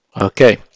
Okay